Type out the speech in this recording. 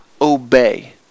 obey